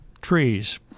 trees